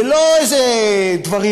זה לא איזה דברים